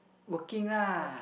working lah